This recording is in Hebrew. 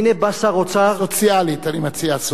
והנה בא שר אוצר, סוציאלית, אני מציע.